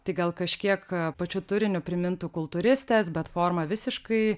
tai gal kažkiek pačiu turiniu primintų kultūristes bet forma visiškai